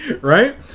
right